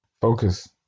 Focus